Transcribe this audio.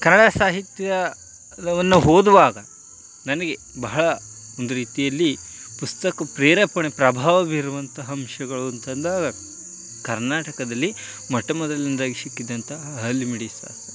ಕನ್ನಡ ಸಾಹಿತ್ಯವನ್ನು ಓದುವಾಗ ನನಗೆ ಬಹಳ ಒಂದು ರೀತಿಯಲ್ಲಿ ಪುಸ್ತಕ ಪ್ರೇರೇಪಣೆ ಪ್ರಭಾವ ಬೀರುವಂತಹ ಅಂಶಗಳು ಅಂತಂದಾಗ ಕರ್ನಾಟಕದಲ್ಲಿ ಮೊಟ್ಟ ಮೊದಲನೇದಾಗಿ ಸಿಕ್ಕಿದಂತಹ ಹಲ್ಮಿಡಿ ಶಾಸನ